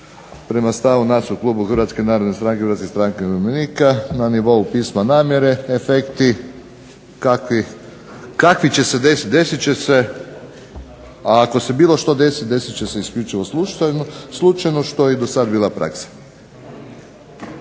prema stavu nas u klubu HNS-a i HSU-a na nivou pisma namjere, efekti kakvi će desiti, desiti će se a ako se bilo što desi, desi će isključivo slučajno što je i do sada bila praksa.